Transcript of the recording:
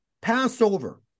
Passover